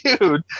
dude